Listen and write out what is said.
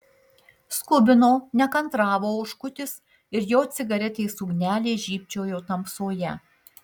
skubino nekantravo oškutis ir jo cigaretės ugnelė žybčiojo tamsoje